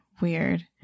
Weird